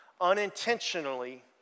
unintentionally